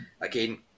again